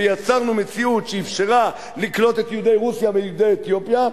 ויצרנו מציאות שאפשרה לקלוט את יהודי רוסיה ויהודי אתיופיה,